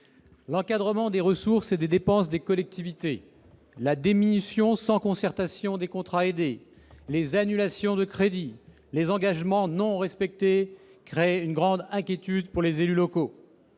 L'encadrement des ressources et des dépenses des collectivités, la diminution sans concertation des contrats aidés, les annulations de crédits, les engagements non respectés créent une grande inquiétude pour les élus locaux.